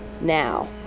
now